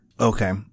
Okay